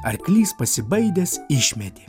arklys pasibaidęs išmetė